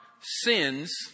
sins